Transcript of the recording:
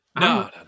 no